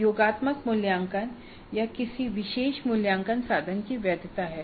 यह योगात्मक मूल्यांकन या किसी विशेष मूल्यांकन साधन की वैधता है